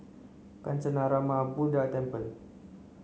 Kancanarama Buddha Temple